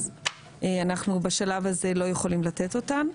אז אנחנו בשלב הזה לא יכולים לתת אותן.